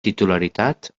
titularitat